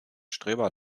streber